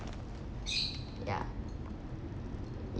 ya